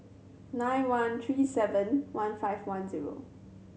nine one three seven one five one zero